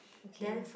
okay